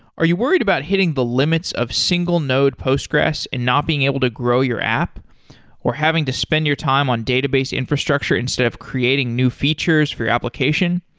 are you worried about hitting the limits of single node postgres and not being able to grow your app or having to spend your time on database infrastructure instead of creating new features for you application?